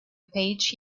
page